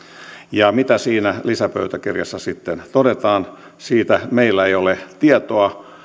ja mitä siinä lisäpöytäkirjassa sitten todetaan siitä meillä ei ole tietoa